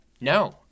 no